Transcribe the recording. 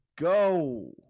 go